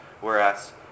whereas